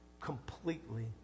completely